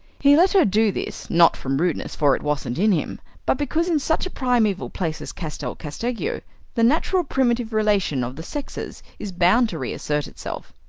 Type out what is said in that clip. he let her do this, not from rudeness, for it wasn't in him, but because in such a primeval place as castel casteggio the natural primitive relation of the sexes is bound to reassert itself.